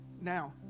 Now